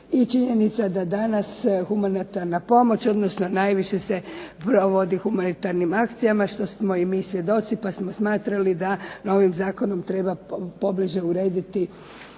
činjenica da danas humanitarna pomoć, odnosno najviše se provodi humanitarnim akcijama što smo svi mi svjedoci pa smo smatrali da novim zakonom treba pobliže urediti